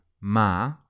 Ma